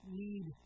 need